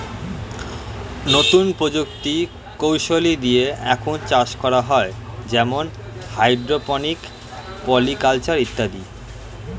নতুন প্রযুক্তি কৌশলী দিয়ে এখন চাষ করা হয় যেমন হাইড্রোপনিক, পলি কালচার ইত্যাদি